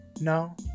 No